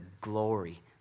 glory